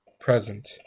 present